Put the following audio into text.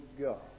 God